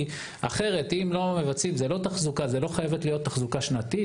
זו לא חייבת להיות תחזוקה שנתית,